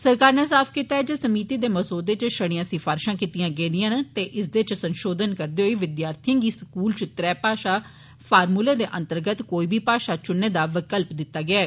सरकार नै साफ कीता ऐ जे समिति दे मसौदे च छड़ियां सिफारिशां कीतियां गेदियां न ते इसदे च संशोधन करदे होई विद्यार्थिए गी स्कूलें च त्रै भाषा फार्मूला दे अंतर्गत कोई भी भाषा चुनने दा विकल्प दित्ता गेदा ऐ